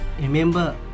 remember